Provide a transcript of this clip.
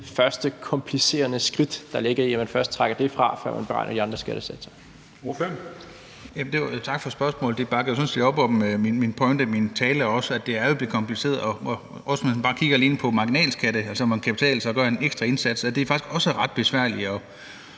fjernede det første komplicerende skridt, der ligger i, at man først trækker det fra, før man beregner de andre skattesatser.